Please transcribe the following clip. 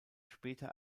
später